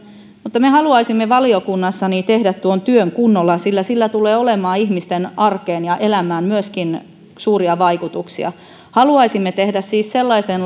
mutta me haluaisimme valiokunnassa tehdä tuon työn kunnolla sillä sillä tulee olemaan ihmisten arkeen ja elämään myöskin suuria vaikutuksia haluaisimme tehdä siis sellaisen